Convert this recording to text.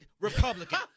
Republican